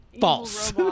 False